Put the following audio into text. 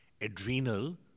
Adrenal